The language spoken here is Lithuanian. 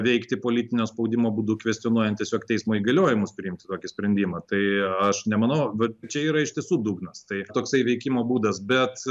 veikti politinio spaudimo būdu kvestionuojant tiesiog teismo įgaliojimus priimti tokį sprendimą tai aš nemanau vat čia yra iš tiesų dugnas tai toksai veikimo būdas bet